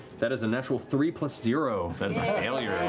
that is a natural three plus zero. that's a failure.